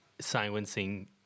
silencing